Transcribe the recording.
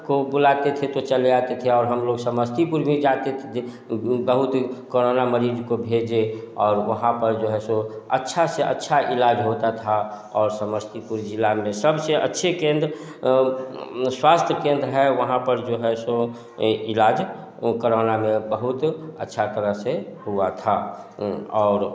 को बुलाते थे तो चले आते थे और हम लोग समस्तीपुर भी जाते थे बहुत कोरोना मरीज को भेजे और वहाँ पर जो है सो अच्छा से अच्छा इलाज़ होता था और समस्तीपुर जिला में सबसे अच्छे केंद्र स्वास्थ्य केंद्र है वहाँ पर जो है सो इलाज कोरोना में बहुत अच्छा तरह से हुआ था और